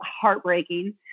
heartbreaking